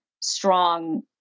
strong